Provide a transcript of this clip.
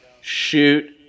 shoot